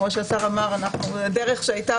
כפי שהשר אמר, דרך שהיתה